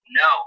No